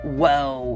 Whoa